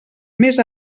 més